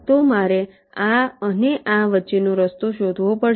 તો મારે આ અને આ વચ્ચેનો રસ્તો શોધવો પડશે